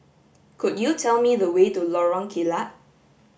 could you tell me the way to Lorong Kilat